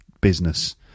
business